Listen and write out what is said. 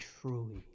truly